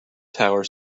tower